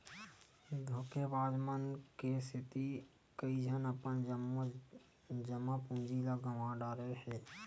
धोखेबाज मन के सेती कइझन अपन जम्मो जमा पूंजी ल गंवा डारे हे